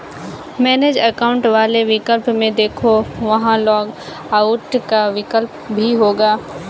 manage account वाले विकल्प में देखो, वहां लॉग आउट का विकल्प भी होगा